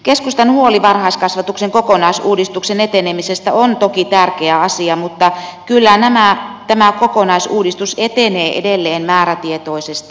keskustan huoli varhaiskasvatuksen kokonaisuudistuksen etenemisestä on toki tärkeä asia mutta kyllä tämä kokonaisuudistus etenee edelleen määrätietoisesti